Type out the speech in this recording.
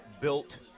built